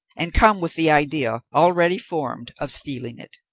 and come with the idea, already formed, of stealing it?